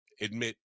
admit